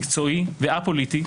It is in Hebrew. מקצועי וא-פוליטי,